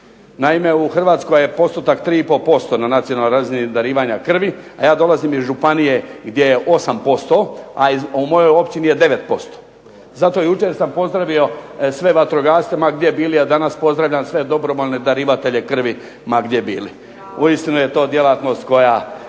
Naime, u Hrvatskoj je postotak 3,5% na nacionalnoj razini darivanja krvi, a ja dolazim iz županije gdje je 8%, a u mojoj općini je 9%. Zato jučer sam pozdravio sve vatrogasce ma gdje bili, a danas pozdravljam sve dobrovoljne darivatelje krvi ma gdje bili. Uistinu je to djelatnost koja